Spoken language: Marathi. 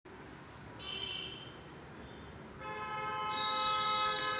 मधमाश्या पाळणारा म्हणजे मधमाश्या पाळणारी व्यक्ती